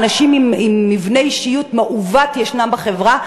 אנשים עם מבנה אישיות מעוות ישנם בחברה.